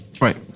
Right